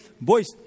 boys